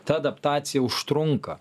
ta adaptacija užtrunka